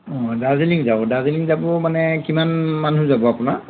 অ' দাৰ্জিলিং যাব দাৰ্জিলিং যাব মানে কিমান মানুহ যাব আপোনাৰ